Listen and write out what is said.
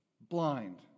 Blind